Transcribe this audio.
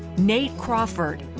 nate crawford.